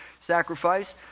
sacrifice